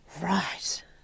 Right